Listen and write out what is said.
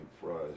fries